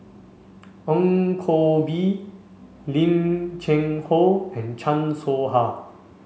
Ong Koh Bee Lim Cheng Hoe and Chan Soh Ha